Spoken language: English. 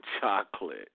Chocolate